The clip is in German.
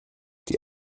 die